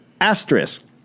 asterisk